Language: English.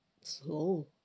slow